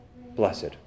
blessed